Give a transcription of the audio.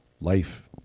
life